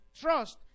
trust